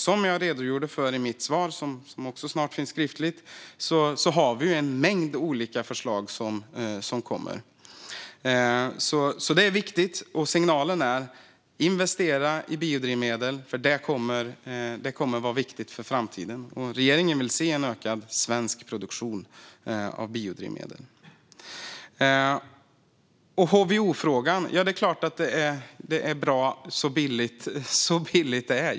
Som jag redogjorde för i mitt svar, som snart finns i skrift, kommer vi att komma med en mängd olika förslag. Det är viktigt. Signalen är: Investera i biodrivmedel, för det kommer att vara viktigt för framtiden. Regeringen vill se ökad svensk produktion av biodrivmedel. När det gäller HVO-frågan är det klart att det är bra med så billigt som möjligt.